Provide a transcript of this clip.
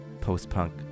post-punk